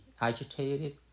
agitated